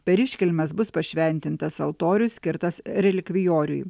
per iškilmes bus pašventintas altorius skirtas relikvijoriui